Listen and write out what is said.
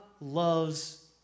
loves